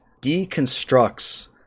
deconstructs